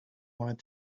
wanted